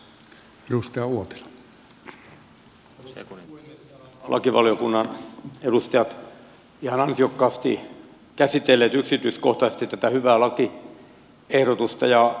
täällä ovat lakivaliokunnan edustajat ihan ansiokkaasti käsitelleet yksityiskohtaisesti tätä hyvää lakiehdotusta ja mietintöä